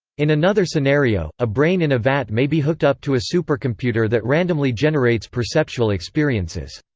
in another scenario, a brain in a vat may be hooked up to a supercomputer that randomly generates perceptual experiences.